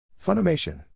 Funimation